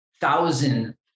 thousand